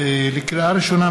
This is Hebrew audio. לקריאה ראשונה,